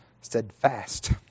Steadfast